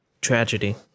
tragedy